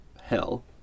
Hell